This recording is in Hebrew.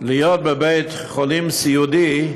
להיות בבית-חולים סיעודי,